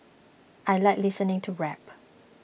I like listening to rap